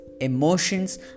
emotions